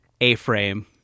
A-frame